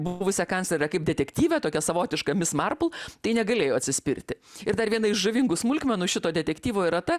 buvusią kanclerę kaip detektyvę tokią savotišką mis marpl tai negalėjo atsispirti ir dar viena iš žavingų smulkmenų šito detektyvo yra ta